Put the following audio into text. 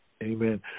Amen